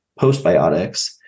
postbiotics